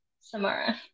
Samara